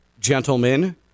gentlemen